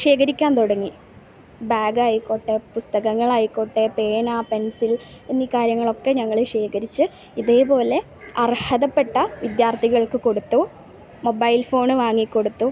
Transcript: ശേഖരിക്കാൻ തുടങ്ങി ബാഗായിക്കോട്ടെ പുസ്തകങ്ങളായിക്കോട്ടെ പേന പെൻസിൽ എന്നീ കാര്യങ്ങളൊക്കെ ഞങ്ങൾ ശേഖരിച്ച് ഇതേപോലെ അർഹതപ്പെട്ട വിദ്യാർഥികൾക്ക് കൊടുത്തു മൊബൈൽ ഫോണ് വാങ്ങി കൊടുത്തു